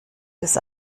des